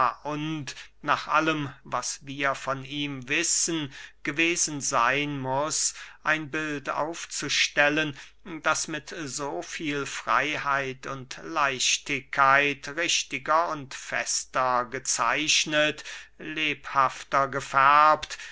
nach allem was wir von ihm wissen gewesen seyn muß ein bild aufzustellen das mit so viel freyheit und leichtigkeit richtiger und fester gezeichnet lebhafter gefärbt